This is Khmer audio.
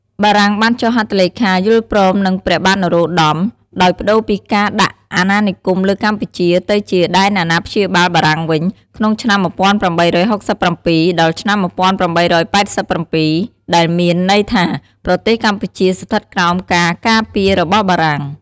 បារាំងបានចុះហត្ថលេខាយល់ព្រមនិង ព្រះបាទនរោត្តម ដោយប្ដូរពីការដាក់អណានិគមលើកម្ពុជា ទៅជាដែនអណាព្យាបាលបារាំងវិញ ក្នុងឆ្នាំ ១៨៦៧ ដល់ឆ្នាំ ១៨៨៧ដែលមានន័យថា ប្រទេសកម្ពុជាស្ថិតក្រោមការ ការពាររបស់បារាំង ។